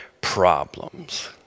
problems